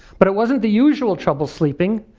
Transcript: but it wasn't the usual trouble sleeping,